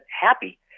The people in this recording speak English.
happy